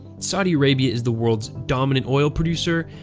saudi arabia is the world's dominant oil producer,